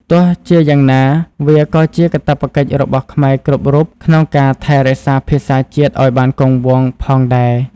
ទោះជាយ៉ាងណា វាក៏ជាកាតព្វកិច្ចរបស់ខ្មែរគ្រប់រូបក្នុងការថែរក្សាភាសាជាតិឱ្យបានគង់វង្សផងដែរ។